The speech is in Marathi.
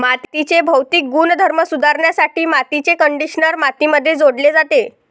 मातीचे भौतिक गुणधर्म सुधारण्यासाठी मातीचे कंडिशनर मातीमध्ये जोडले जाते